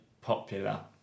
popular